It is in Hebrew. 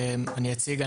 אני אציג,